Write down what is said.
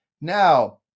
Now